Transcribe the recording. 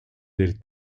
del